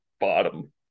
bottom